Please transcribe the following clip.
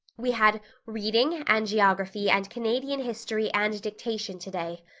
we had reading and geography and canadian history and dictation today.